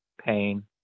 pain